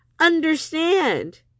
Understand